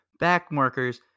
backmarkers